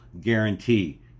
guarantee